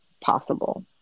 possible